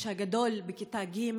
הגדול בכיתה ג',